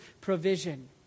provision